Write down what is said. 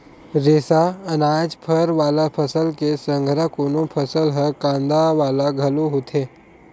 रेसा, अनाज, फर वाला फसल के संघरा कोनो फसल ह कांदा वाला घलो होथे